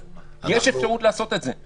יש אפשרות לעשות את זה,